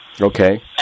Okay